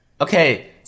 Okay